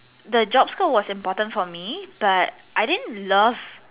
the job scope was important for me but I didn't love